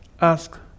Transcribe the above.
Ask